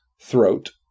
throat